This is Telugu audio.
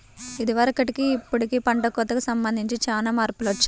ఇదివరకటికి ఇప్పుడుకి పంట కోతకి సంబంధించి చానా మార్పులొచ్చాయ్